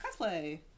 cosplay